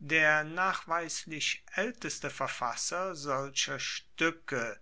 der nachweislich aelteste verfasser solcher stuecke